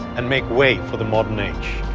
and make way for the modern age.